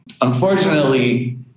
unfortunately